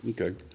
Okay